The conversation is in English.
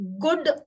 good